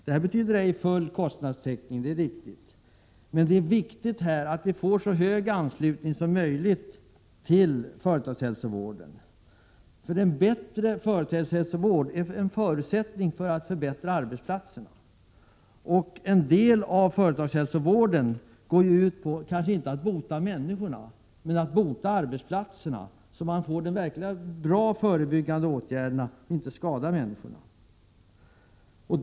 Det betyder inte full täckning, det är riktigt, men det är viktigt att vi får så hög anslutning som möjligt till företagshälsovården. En bättre företagshälsovård är en förutsättning för att man skall förbättra arbetsplatserna. En del av företagshälsovården går ut på kanske inte att bota människorna men att bota arbetsplatserna, så att man får verkligt bra förebyggande åtgärder så att människorna inte skadas.